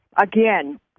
Again